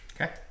Okay